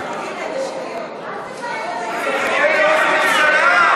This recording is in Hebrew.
מה אתה מחלק לנו ציונים?